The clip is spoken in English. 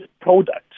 product